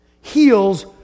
heals